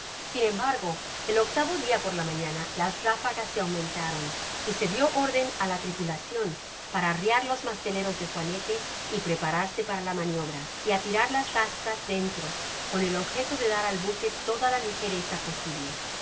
sin embargo el octavo dia por la mañana las ráfagas se aumentaron y se dio órden á la tripulacion para arriar los masteleros de juanete y prepararse para la maniobra y a tirar las rastras dentro con el objeto de dar al buque toda la ligereza posible